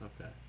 Okay